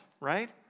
right